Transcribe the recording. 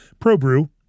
Probrew